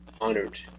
honored